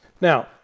Now